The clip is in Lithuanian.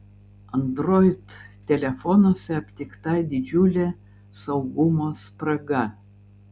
android telefonuose aptikta didžiulė saugumo spraga